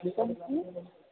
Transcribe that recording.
ठीक आहे मग